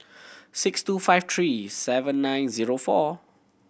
six two five three seven nine zero four